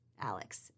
Alex